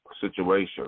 situation